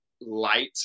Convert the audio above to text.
light